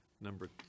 number